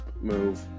move